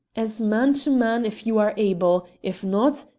as man to man if you are able. if not,